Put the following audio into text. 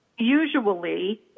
Usually